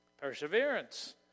perseverance